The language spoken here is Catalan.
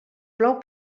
plou